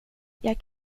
jag